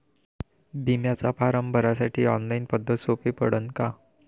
बिम्याचा फारम भरासाठी ऑनलाईन पद्धत सोपी पडन का?